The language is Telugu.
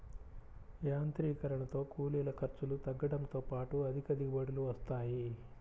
యాంత్రీకరణతో కూలీల ఖర్చులు తగ్గడంతో పాటు అధిక దిగుబడులు వస్తాయి